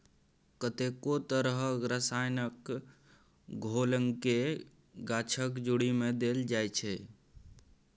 कतेको तरहक रसायनक घोलकेँ गाछक जड़िमे देल जाइत छै